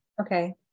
Okay